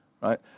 right